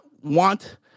want